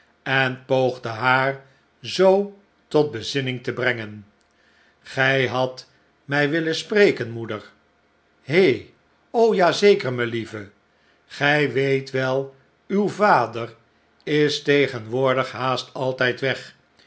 en poogde haar zoo tot bezinning te brengen gij hadt mij willen spreken moeder he ja zeker melieve gij weet wel uw vader is tegenwoordig haast altijd weg